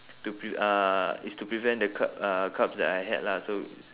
to pre~ uh it's to prevent the car~ uh carbs that I had lah so